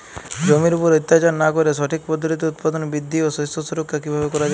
জমির উপর অত্যাচার না করে সঠিক পদ্ধতিতে উৎপাদন বৃদ্ধি ও শস্য সুরক্ষা কীভাবে করা যাবে?